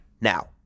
Now